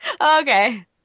Okay